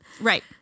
Right